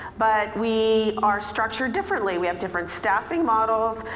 but we are structured differently. we have different staffing models.